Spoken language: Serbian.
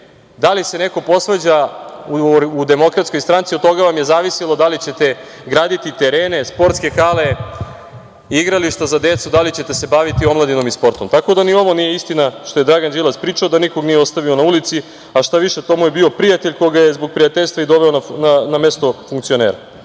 da li se neko svađa u DS, od toga vam je zavisilo da li ćete graditi terene, sportske hale, igrališta za decu, da li ćete se baviti omladinom i sportom. Tako da, ni ovo nije istina što je Dragan Đilas pričao da nikog nije ostavio na ulici, a šta više to mu je bio prijatelj koga je zbog prijateljstva i doveo na mesto funkcionera. Sad